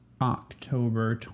October